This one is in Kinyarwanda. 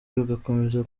rugakomeza